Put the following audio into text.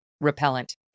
repellent